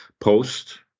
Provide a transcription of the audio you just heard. Post